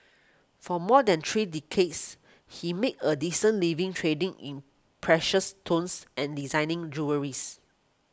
for more than three decades he made a decent living trading in precious stones and designing jewelleries